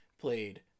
played